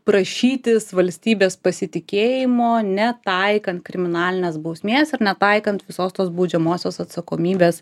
prašytis valstybės pasitikėjimo netaikant kriminalinės bausmės ar netaikant visos tos baudžiamosios atsakomybės